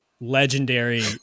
legendary